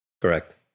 Correct